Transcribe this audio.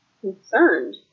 concerned